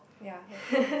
ya that's true